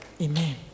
Amen